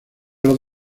los